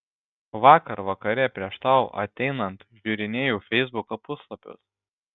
vakar vakare prieš tau ateinant žiūrinėjau feisbuko puslapius